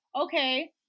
okay